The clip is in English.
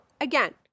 again